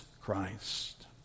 Christ